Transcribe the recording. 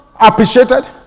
appreciated